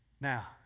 Now